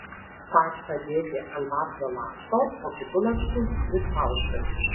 faršą dėti ant vaflio lakšto o kitu lakštu jį prispausti